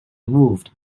moved